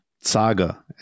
Saga